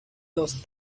los